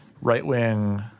right-wing